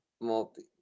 multi